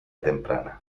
temprana